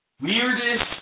weirdest